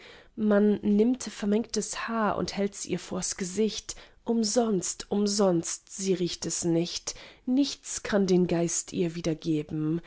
man nimmt vermengtes haar und hälts ihr vors gesicht umsonst umsonst sie riecht es nicht nichts kann den geist ihr wiedergeben